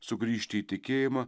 sugrįžti į tikėjimą